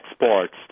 exports